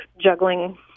juggling